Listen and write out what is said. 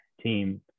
team